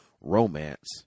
romance